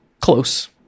close